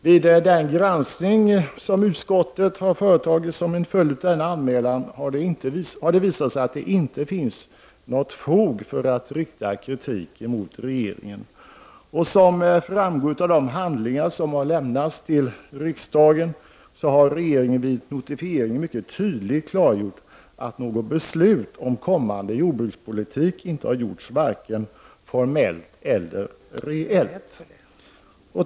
Vid den granskning som utskottet har företagit som följd av denna anmälan har det visat sig att det inte finns fog för att rikta kritik mot regeringen. Som framgår av de handlingar som har lämnats till riksdagen har regeringen vid notifieringen mycket tydligt klargjort att något beslut om den kommande jordbrukspolitiken inte har fattats varken formellt eller reellt.